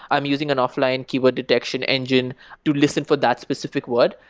i'm using an offline keyword detection engine to listen for that specific word.